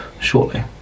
shortly